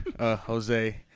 Jose